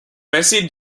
bessie